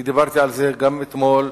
אני דיברתי על זה גם אתמול,